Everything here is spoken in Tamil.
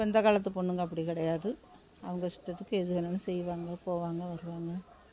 இப்போ இந்தக் காலத்து பொண்ணுங்க அப்படி கிடையாது அவங்க இஷ்டத்துக்கு எது வேணுனாலும் செய்வாங்க போவாங்க வருவாங்க